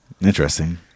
Interesting